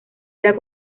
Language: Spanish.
era